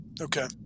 Okay